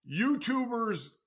YouTubers